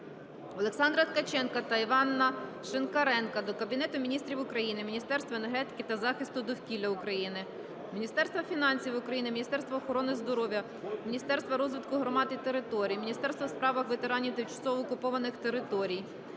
Олександра Ткаченка та Івана Шинкаренка до Кабінету Міністрів України, Міністерства енергетики та захисту довкілля України, Міністерства фінансів України, Міністерства охорони здоров'я, Міністерства розвитку громад і територій, Міністерства у справах ветеранів, тимчасово окупованих територій,